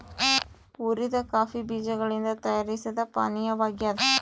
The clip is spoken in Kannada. ಹುರಿದ ಕಾಫಿ ಬೀಜಗಳಿಂದ ತಯಾರಿಸಿದ ಪಾನೀಯವಾಗ್ಯದ